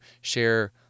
share